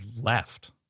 left